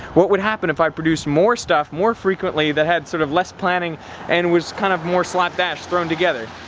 what would happen if i produced more stuff more frequently that had sort of less planning and was kind of more slapdash throwing together,